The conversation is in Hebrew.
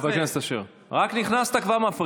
חבר הכנסת אשר, רק נכנסת, כבר מפריע.